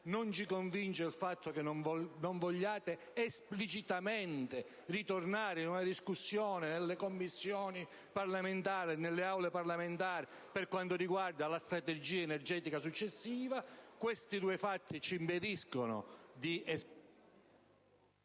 non ci convince il fatto che non vogliate esplicitamente ritornare a svolgere una discussione nelle Commissioni parlamentari, nelle aule parlamentari, in merito alla strategia energetica successiva. Questi due fatti ci impediscono di esprimere